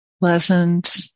pleasant